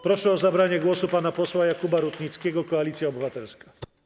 Proszę o zabranie głosu pana posła Jakuba Rutnickiego, Koalicja Obywatelska.